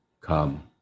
Come